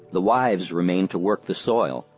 the wives remained to work the soil,